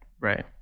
Right